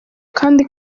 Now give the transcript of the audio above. kandi